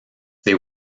they